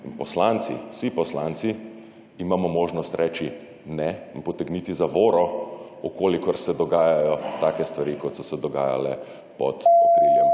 Poslanci, vsi poslanci imamo možnost reči ne in potegniti zavoro, če se dogajajo take stvari, kot so se dogajale pod okriljem